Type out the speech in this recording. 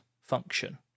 function